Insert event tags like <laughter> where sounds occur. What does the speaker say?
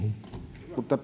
mutta <unintelligible>